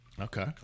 Okay